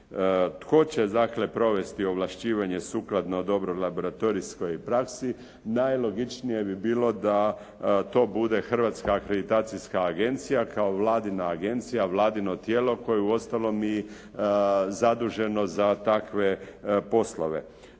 Tko će dakle provesti ovlašćivanje sukladno dobroj laboratorijskoj praksi, najlogičnije bi bilo da to bude Hrvatska akreditacijska agencija kao vladina agencija, vladino tijelo koje je uostalom i zaduženo za takve poslove.